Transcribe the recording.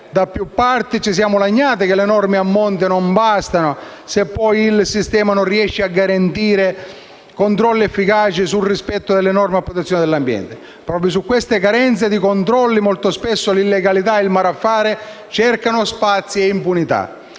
Da più parti ci siamo lagnati che le norme a monte non bastano, se poi il sistema non riesce a garantire controlli efficaci sul rispetto delle norme a protezione dell'ambiente. Proprio in queste carenze di controlli molto spesso l'illegalità e il malaffare cercano spazi di impunità.